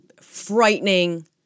frightening